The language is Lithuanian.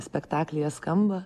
spektaklyje skamba